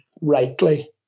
rightly